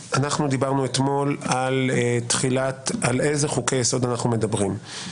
אתמול ביררנו על אלו חוקי יסוד אנחנו מדברים.